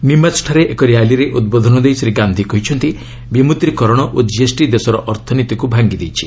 ନିମାଚ୍ଠାରେ ଏକ ର୍ୟାଲିରେ ଉଦ୍ବୋଧନ ଦେଇ ଶ୍ରୀ ଗାନ୍ଧି କହିଛନ୍ତି ବିମୁଦ୍ରିକରଣ ଓ କିଏସ୍ଟି ଦେଶର ଅର୍ଥନୀତିକୁ ଭାଙ୍ଗି ଦେଇଛି